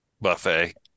buffet